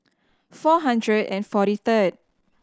four hundred and forty third